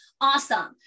Awesome